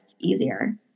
easier